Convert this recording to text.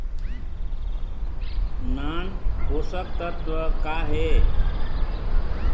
नान पोषकतत्व का हे?